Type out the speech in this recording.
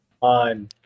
on